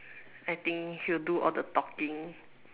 I think he'll do all the talking